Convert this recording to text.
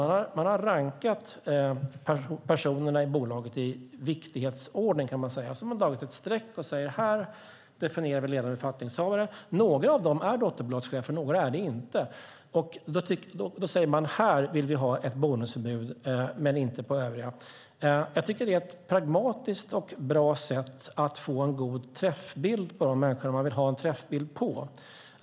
Man har rankat personerna i bolaget i viktighetsordning. Sedan har man dragit ett streck och sagt: Här definierar vi ledande befattningshavare. Några av dem är dotterbolagschefer, och några är det inte. Man säger: Här vill vi ha ett bonusförbud, men inte på övriga. Jag tycker att det är ett pragmatiskt och bra sätt att få en god träffbild på de människor man vill ha en träffbild på.